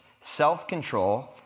self-control